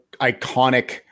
iconic